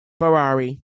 Ferrari